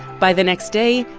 by the next day,